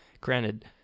granted